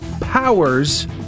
powers